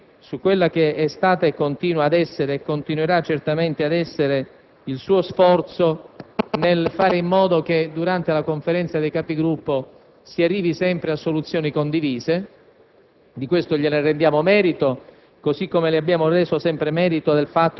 Condivido e mi associo, tra l'altro, a quanto detto dal collega Castelli su quello che è stato, è e continuerà certamente ad essere il suo sforzo per fare in modo che durante la Conferenza dei Capigruppo si pervenga sempre a soluzioni condivise.